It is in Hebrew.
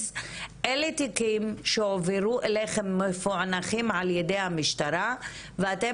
אלה תיקים שהועברו אליכם מפוענחים על ידי המשטרה ואתם